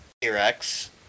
T-Rex